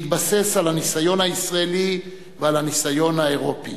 בהתבסס על הניסיון הישראלי ועל הניסיון האירופי.